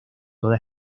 toda